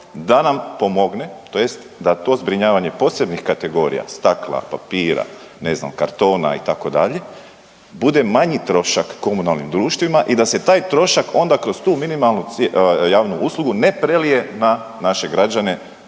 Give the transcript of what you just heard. da nam pomogne tj. da to zbrinjavanje posebnih kategorija stakla, papira, ne znam kartona itd. bude manji trošak komunalnim društvima i da se taj trošak onda kroz tu minimalnu javnu uslugu ne prelije na naše građane.